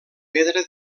pedra